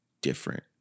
different